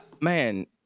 Man